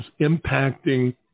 impacting